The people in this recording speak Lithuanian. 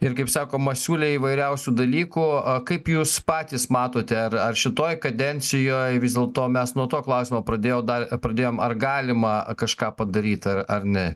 ir kaip sakoma siūlė įvairiausių dalykų kaip jūs patys matote ar ar šitoj kadencijoj vis dėlto mes nuo to klausimo pradėjom dar pradėjom ar galima kažką padaryt ar ne